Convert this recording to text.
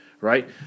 right